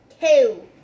two